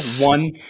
one